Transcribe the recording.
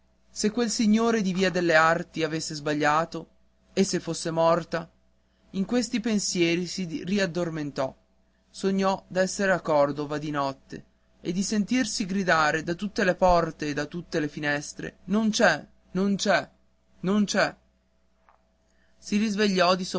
se quel signore di via delle arti avesse sbagliato e se fosse morta in questi pensieri si riaddormentò sognò d'essere a cordova di notte e di sentirsi gridare da tutte le porte e da tutte le finestre non c'è non c'è non c'è si risvegliò di